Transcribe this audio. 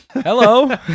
Hello